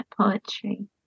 poetry